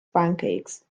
pancakes